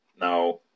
Now